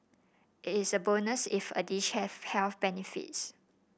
it is a bonus if a dish has health benefits